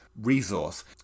resource